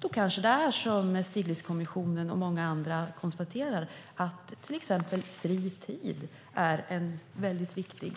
Då kanske det är så, som Stiglitzkommissionen och många andra konstaterar, att till exempel fri tid är en väldigt viktig